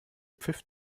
pfiff